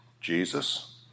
Jesus